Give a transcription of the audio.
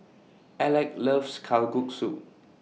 Aleck loves Kalguksu